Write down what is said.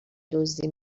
دزدی